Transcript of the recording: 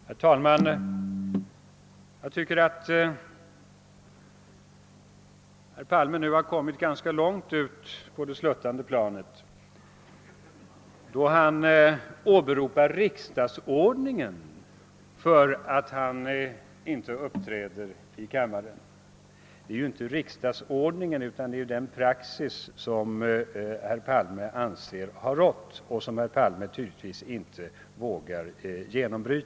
Herr talman! Jag tycker att herr Palme har kommit ganska långt ut på det sluttande planet, när han åberopar riksdagsordningen som skäl för att han inte uppträtt i kammaren. Det är ju inte fråga om riksdagsordningen utan om den praxis som enligt herr Palmes mening har rått och som herr Palme tydligen inte vågar byta med.